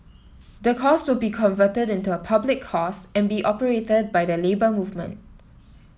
the course will be converted into a public course and be operated by the Labour Movement